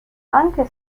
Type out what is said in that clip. anche